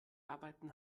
arbeiten